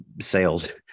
sales